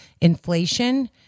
inflation